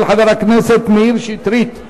של חבר הכנסת מאיר שטרית.